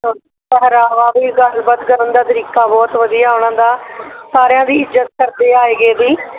ਪ ਪਹਿਰਾਵਾ ਵੀ ਗੱਲਬਾਤ ਕਰਨ ਦਾ ਤਰੀਕਾ ਬਹੁਤ ਵਧੀਆ ਉਹਨਾਂ ਦਾ ਸਾਰਿਆਂ ਦੀ ਇੱਜ਼ਤ ਕਰਦੇ ਆਏ ਗਏ ਦੀ